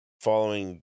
following